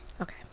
Okay